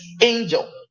angel